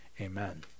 amen